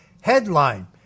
headline